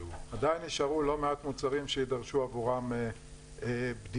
עדיין יישארו לא מעט מוצרים שיידרשו עבורם בדיקות,